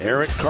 Eric